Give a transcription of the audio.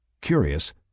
Curious